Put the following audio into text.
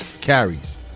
carries